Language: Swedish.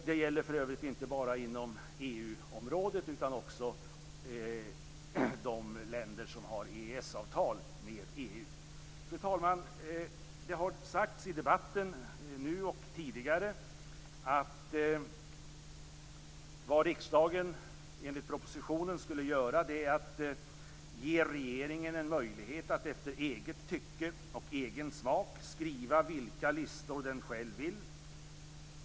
Det gäller för övrigt inte bara inom EU-området utan också i de länder som har EES-avtal med EU. Fru talman! Det har sagts i debatten nu och tidigare att vad riksdagen enligt propositionen skall göra är att ge regeringen en möjlighet att efter eget tycke och egen smak skriva vilka listor den själv vill.